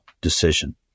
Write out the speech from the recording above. decision